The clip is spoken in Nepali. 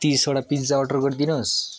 तिसवटा पिज्जा अर्डर गरिदिनुहोस्